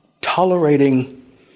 tolerating